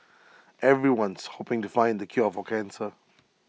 everyone's hoping to find the cure for cancer